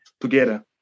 together